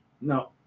No